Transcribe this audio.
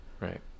right